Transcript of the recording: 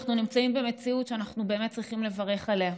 אנחנו נמצאים במציאות שאנחנו באמת צריכים לברך עליה.